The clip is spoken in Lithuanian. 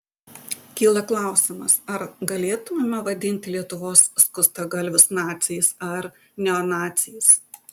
kyla klausimas ar galėtumėme vadinti lietuvos skustagalvius naciais ar neonaciais